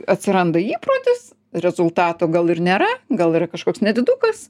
atsiranda įprotis rezultato gal ir nėra gal yra kažkoks nedidukas